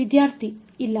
ವಿದ್ಯಾರ್ಥಿ ಇಲ್ಲ